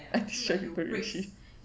actually breaks